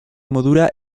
modura